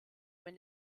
wenn